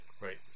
right